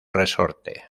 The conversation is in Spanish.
resorte